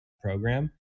program